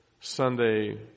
Sunday